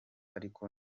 ariko